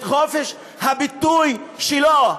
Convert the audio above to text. את חופש הביטוי שלו.